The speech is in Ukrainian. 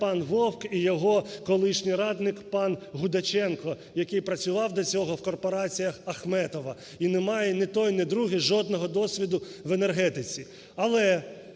пан Вовк і його колишній радник панГудаченко, який працював до цього в корпораціях Ахметова, і не має ні той, ні другий жодного досвіду в енергетиці.